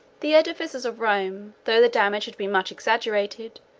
the edifices of rome, though the damage has been much exaggerated,